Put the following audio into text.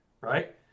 right